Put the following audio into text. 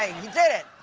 ah you did it.